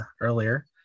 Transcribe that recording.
earlier